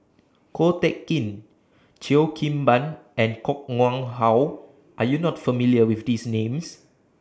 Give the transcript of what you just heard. Ko Teck Kin Cheo Kim Ban and Koh Nguang How Are YOU not familiar with These Names